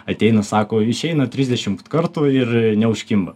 ateina sako išeina trisdešimt kartų ir neužkimba